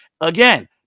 Again